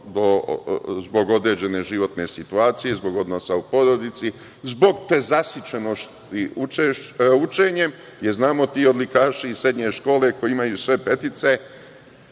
zbog određene životne situacije, zbog odnosa u porodici, zbog prezasićenosti učenjem, jer, ti odlikaši iz srednje škole koji imaju sve petice